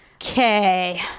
Okay